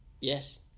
yes